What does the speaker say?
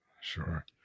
Sure